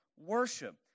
worship